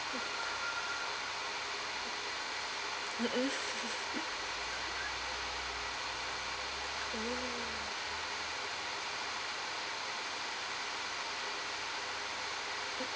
mmhmm oh